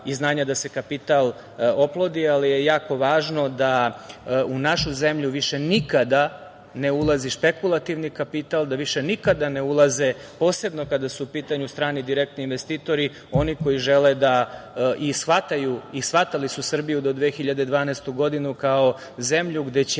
i znanja da se kapital oplodi, ali je jako važno da u našu zemlju više nikada ne ulazi špekulativni kapital, da više nikada ne ulaze posebno kada su pitanju strani i direktni investitori oni koji žele da i shvataju i shvatali su Srbiju do 2012. godine kao zemlju gde će